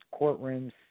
courtrooms